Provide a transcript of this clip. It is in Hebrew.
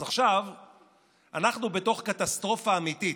אז עכשיו אנחנו בתוך קטסטרופה אמיתית,